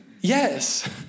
Yes